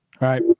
right